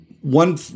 one